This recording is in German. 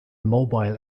mobile